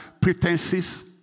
pretenses